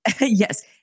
yes